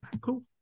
Cool